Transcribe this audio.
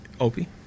Opie